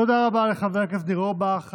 תודה רבה לחבר הכנסת ניר אורבך.